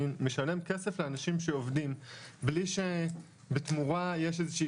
אני משלם כסף לאנשים שעובדים בלי שתמורה יש איזו שהיא